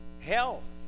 Health